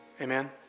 Amen